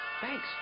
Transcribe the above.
thanks